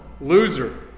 loser